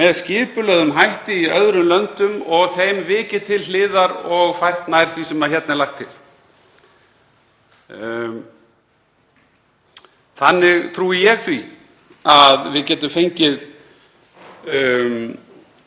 með skipulögðum hætti í öðrum löndum, þeim vikið til hliðar og færð nær því sem hér er lagt til. Þannig trúi ég því að við getum fullnægt